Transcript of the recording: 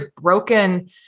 broken